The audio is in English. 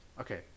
okay